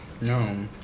No